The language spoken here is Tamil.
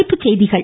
தலைப்புச் செய்திகள்